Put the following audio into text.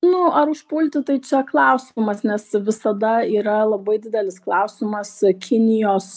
nu ar užpulti tai čia klausimas nes visada yra labai didelis klausimas kinijos